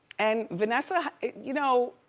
and vanessa you know,